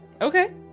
okay